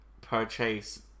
purchase